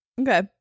Okay